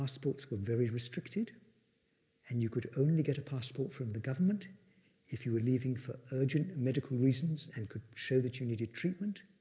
passports were very restricted and you could only get a passport from the government if you were leaving for urgent medical reasons and could show that you needed treatment,